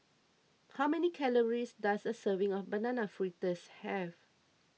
how many calories does a serving of Banana Fritters have